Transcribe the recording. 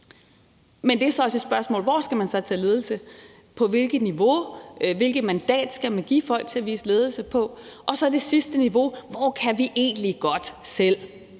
Men et andet spørgsmål er så også: Hvor skal man så tage ledelse, og på hvilket niveau? Hvilket mandat skal man give folk til at vise ledelse? Og så er der det sidste niveau: Hvor kan vi egentlig godt selv